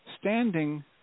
Standing